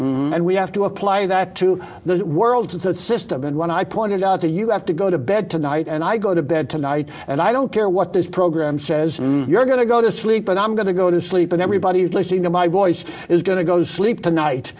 thinking and we have to apply that to the world to the system and when i pointed out to you have to go to bed tonight and i go to bed tonight and i don't care what this program says you're going to go to sleep and i'm going to go to sleep and everybody is listening to my voice is going to go to sleep tonight